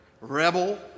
rebel